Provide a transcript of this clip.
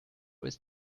ist